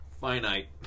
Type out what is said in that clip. finite